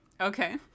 Okay